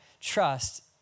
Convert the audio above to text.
trust